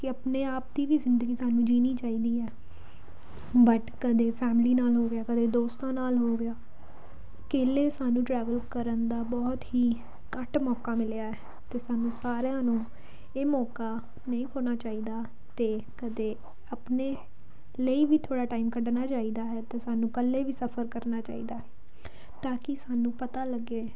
ਕਿ ਆਪਣੇ ਆਪ ਦੀ ਵੀ ਜ਼ਿੰਦਗੀ ਸਾਨੂੰ ਜੀਣੀ ਚਾਹੀਦੀ ਹੈ ਬਟ ਕਦੇ ਫੈਮਲੀ ਨਾਲ ਹੋ ਗਿਆ ਕਦੇ ਦੋਸਤਾਂ ਨਾਲ ਹੋ ਗਿਆ ਅਕੇਲੇ ਸਾਨੂੰ ਟਰੈਵਲ ਕਰਨ ਦਾ ਬਹੁਤ ਹੀ ਘੱਟ ਮੌਕਾ ਮਿਲਿਆ ਅਤੇ ਸਾਨੂੰ ਸਾਰਿਆਂ ਨੂੰ ਇਹ ਮੌਕਾ ਨਹੀਂ ਖੋਣਾ ਚਾਹੀਦਾ ਅਤੇ ਕਦੇ ਆਪਣੇ ਲਈ ਵੀ ਥੋੜ੍ਹਾ ਟਾਈਮ ਕੱਢਣਾ ਚਾਹੀਦਾ ਹੈ ਅਤੇ ਸਾਨੂੰ ਇਕੱਲੇ ਵੀ ਸਫਰ ਕਰਨਾ ਚਾਹੀਦਾ ਤਾਂ ਕਿ ਸਾਨੂੰ ਪਤਾ ਲੱਗੇ